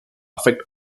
affect